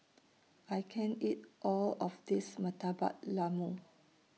I can't eat All of This Murtabak Lembu